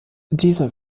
dieser